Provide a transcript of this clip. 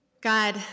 God